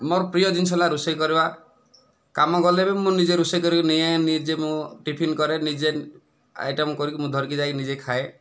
ମୋ'ର ପ୍ରିୟ ଜିନିଷ ହେଲା ରୋଷେଇ କରିବା କାମ ଗଲେ ବି ମୁଁ ନିଜେ ରୋଷେଇ କରିକି ନିଏ ନିଜେ ମୁଁ ଟିଫିନ କରେ ନିଜେ ଆଇଟମ କରିକି ମୁଁ ଧରିକି ଯାଇ ନିଜେ ଖାଏ